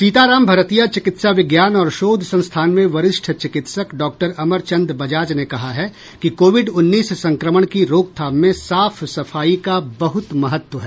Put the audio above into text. सीताराम भरतिया चिकित्सा विज्ञान और शोध संस्थान में वरिष्ठ चिकित्सक डॉक्टर अमरचन्द बजाज ने कहा है कि कोविड उन्नीस संक्रमण की रोकथाम में साफ सफाई का बहुत महत्व है